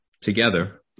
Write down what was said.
together